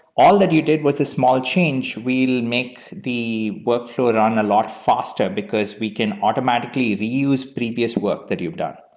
all that you did was this small change. we'll and make the work flow around a lot faster, because we can automatically reuse previous work that you've done.